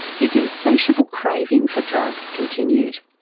his insatiable craving for drugs continued.